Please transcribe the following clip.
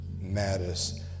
Matters